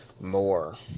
more